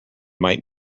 might